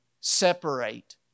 separate